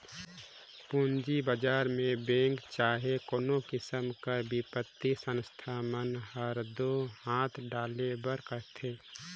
पूंजी बजार में बेंक चहे कोनो किसिम कर बित्तीय संस्था मन हर दो हांथ डालबे करथे